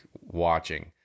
watching